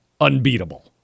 unbeatable